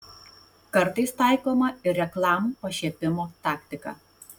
kartais taikoma ir reklamų pašiepimo taktika